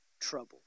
trouble